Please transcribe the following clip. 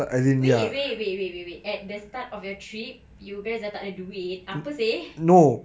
wait wait wait wait wait wait at the start of you trip you guys dah takde duit apa seh